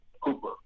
Cooper